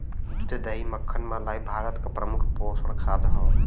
दूध दही मक्खन मलाई भारत क प्रमुख पोषक खाद्य हौ